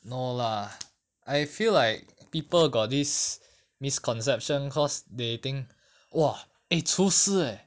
no lah I feel like people got this misconception cause they think !wah! eh 厨师 eh